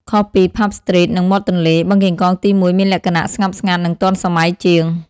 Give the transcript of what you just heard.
ខុសពី Pub Street និងមាត់ទន្លេ បឹងកេងកងទី១ មានលក្ខណៈស្ងប់ស្ងាត់ និងទាន់សម័យជាង។